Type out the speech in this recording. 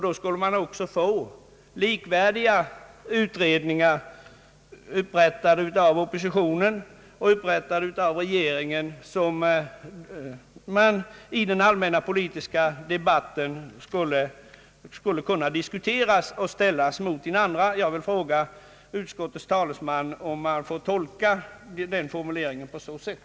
Då skulle man också få likvärdiga utredningar från oppositionen och från regeringen, vilka skulle kunna diskuteras och ställas mot varandra i den allmänna politiska debatten. Jag vill fråga utskottets talesman om man får tolka formuleringen i utlåtandet på så sätt.